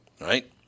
Right